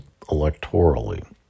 electorally